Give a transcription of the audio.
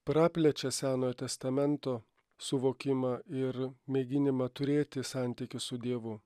praplečia senojo testamento suvokimą ir mėginimą turėti santykius su dievu